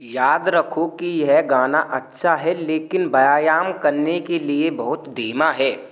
याद रखो कि यह गाना अच्छा है लेकिन व्यायाम करने के लिए बहुत धीमा है